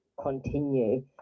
continue